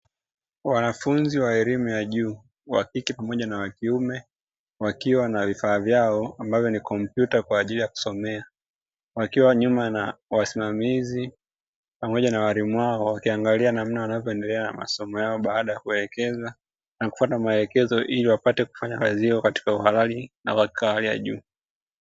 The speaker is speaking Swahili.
Wanafunzi wa elimu ya juu wakike pamoja na wakiume wakiwa na vifaa vyao ambavyo ni kompyuta kwa ajili ya kusomea, wakiwa nyuma na wasimamizi pamoja na walimu wao wakiangalia namna wanavyo endelea na masomo yao baada ya kuwaelekeza na kufwata maelekezo ili wapate kufanya kazi hiyo katika uhalali na uhakika wa hali ya juu.